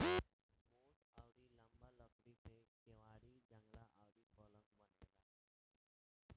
मोट अउरी लंबा लकड़ी से केवाड़ी, जंगला अउरी पलंग